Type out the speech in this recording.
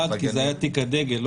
אחד, כי זה היה תיק הדגל.